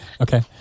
Okay